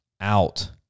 out